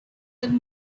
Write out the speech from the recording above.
that